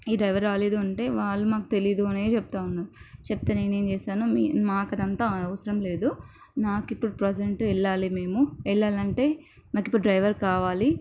మీ driver రాలేదు అంటే వాళ్ళు మాకు తెలీదు అనే చెప్తూ ఉన్నారు చెప్తే నేనేం చేసాను మీ మాకు అదంతా అవసరం లేదు నాకు ఇప్పుడు ప్రెజెంట్ వెళ్ళాలి మేము వెళ్ళాలి అంటే నాకు ఇపుడు డ్రైవర్ కావాలి